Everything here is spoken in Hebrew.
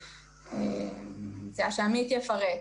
אני מציעה שעמית יפרט.